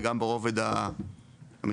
וגם ברובד המצרפי,